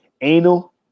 anal